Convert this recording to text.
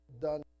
done